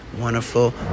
wonderful